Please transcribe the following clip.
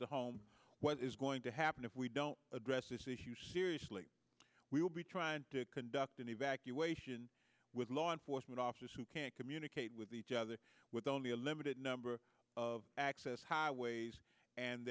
to home what is going to happen if we don't address this issue seriously we will be trying to conduct an evacuation with law enforcement officers who can communicate with each other with only a limited number of access highways and